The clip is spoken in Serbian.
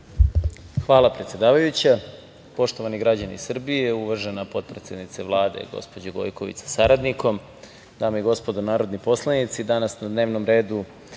Hvala, predsedavajuća. Poštovani građani Srbije, uvažena potpredsednice Vlade gospođo Gojković sa saradnikom, dame i gospodo narodni poslanici, danas na dnevnom redu